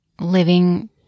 living